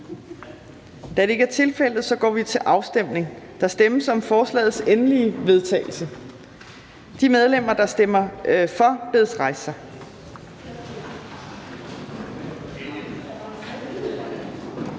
Fjerde næstformand (Trine Torp): Der stemmes om forslagets endelige vedtagelse. De medlemmer, der stemmer for, bedes rejse sig.